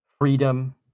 freedom